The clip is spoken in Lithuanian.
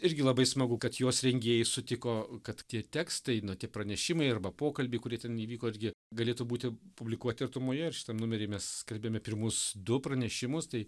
irgi labai smagu kad jos rengėjai sutiko kad tie tekstai na tie pranešimai arba pokalbiai kurie ten įvyko irgi galėtų būti publikuoti artumoje ir šitam numerį mes skelbiame pirmus du pranešimus tai